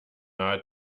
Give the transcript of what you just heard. nahe